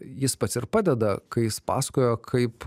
jis pats ir padeda kai jis pasakojo kaip